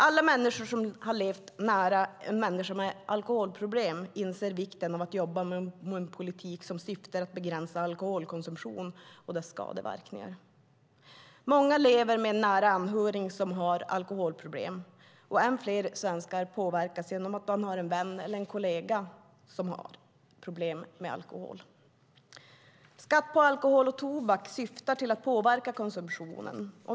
Alla människor som levt nära en människa med alkoholproblem inser vikten av att jobba med en politik som syftar till att begränsa alkoholkonsumtionen och dess skadeverkningar. Många lever med en nära anhörig som har alkoholproblem, och än fler svenskar påverkas genom att de har en vän eller kollega som har problem med alkohol. Skatt på alkohol och tobak syftar till att påverka konsumtionen.